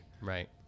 Right